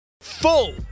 Full